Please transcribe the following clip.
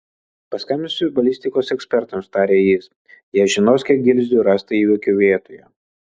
paskambinsiu balistikos ekspertams tarė jis jie žinos kiek gilzių rasta įvykio vietoje